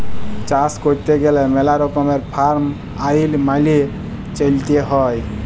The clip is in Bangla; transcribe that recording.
চাষ ক্যইরতে গ্যালে ম্যালা রকমের ফার্ম আইল মালে চ্যইলতে হ্যয়